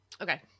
Okay